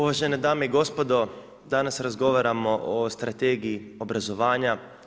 Uvažene dame i gospodo, danas razgovaramo o Strategiji obrazovanja.